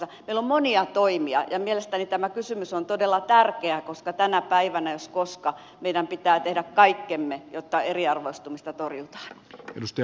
meillä on monia toimia ja mielestäni tämä kysymys on todella tärkeä koska tänä päivänä jos koska meidän pitää tehdä kaikkemme jotta eriarvoistumista torjutaan